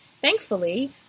Thankfully